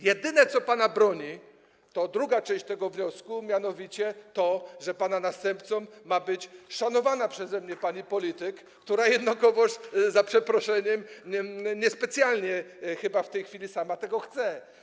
Jedyne, co pana broni, to druga część tego wniosku, mianowicie to, że pana następcą ma być szanowana przeze mnie pani polityk, która jednakowoż za przeproszeniem niespecjalnie chyba w tej chwili sama tego chce.